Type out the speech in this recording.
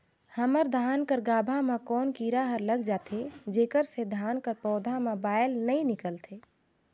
हमर धान कर गाभा म कौन कीरा हर लग जाथे जेकर से धान कर पौधा म बाएल नइ निकलथे?